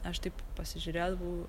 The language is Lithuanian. aš taip pasižiūrėdavau